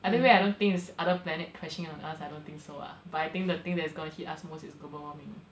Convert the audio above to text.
either way I don't think it's other planet crashing on us I don't think so ah but I think the thing that's gonna hit us most is global warming